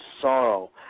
sorrow